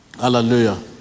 Hallelujah